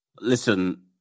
Listen